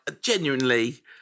genuinely